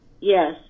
Yes